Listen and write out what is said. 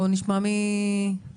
בואו נשמע ממי?